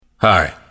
Hi